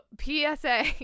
PSA